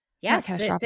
yes